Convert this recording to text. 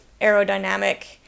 aerodynamic